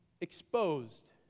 exposed